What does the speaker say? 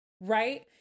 Right